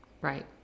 Right